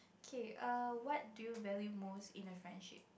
K err what do you value most in a friendship